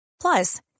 plus